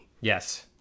Yes